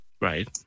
Right